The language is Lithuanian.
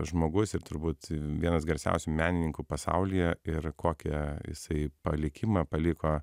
žmogus ir turbūt vienas garsiausių menininkų pasaulyje ir kokią jisai palikimą paliko